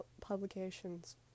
publications